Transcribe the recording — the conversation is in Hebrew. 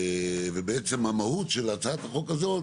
בעצם המהות של הצעת החוק הזאת